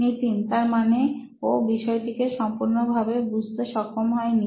নিতিন তারমানে ও বিষয়টিকে সম্পূর্ণ ভাবে বুঝতে সক্ষম হয়নি